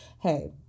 hey